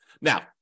Now